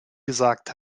gesagt